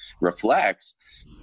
reflects